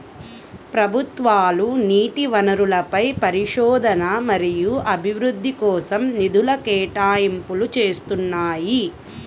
ప్రభుత్వాలు నీటి వనరులపై పరిశోధన మరియు అభివృద్ధి కోసం నిధుల కేటాయింపులు చేస్తున్నాయి